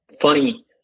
funny